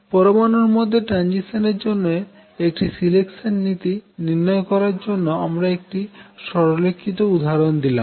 পরমানুর মধ্যে ট্রানজিশান এর জন্য একটি সিলেকশান নীতি নির্ণয় করার জন্য আমরা একটি সরলীকৃত উদাহরন নিলাম